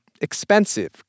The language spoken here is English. expensive